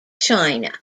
china